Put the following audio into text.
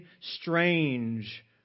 strange